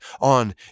on